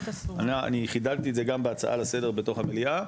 אני חידדתי את זה גם בהצעה לסדר בתוך המליאה,